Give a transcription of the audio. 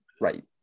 right